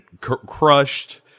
crushed